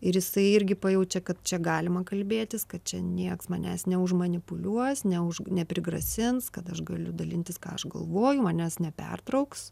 ir jisai irgi pajaučia kad čia galima kalbėtis kad čia niekas manęs ne už manipuliuos neuž neprigrasins kad aš galiu dalintis ką aš galvoju manęs nepertrauks